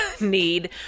need